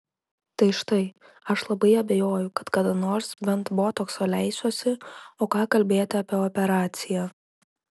tai štai aš labai abejoju kad kada nors bent botokso leisiuosi o ką kalbėti apie operaciją